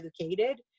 educated